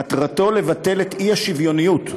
מטרתו לבטל את האי-שוויוניות,